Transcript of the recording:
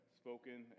spoken